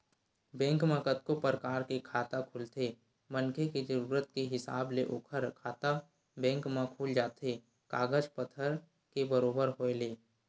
bank म कतको परकार के खाता खुलथे मनखे के जरुरत के हिसाब ले ओखर खाता बेंक म खुल जाथे कागज पतर के बरोबर होय ले